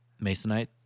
Masonite